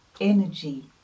energy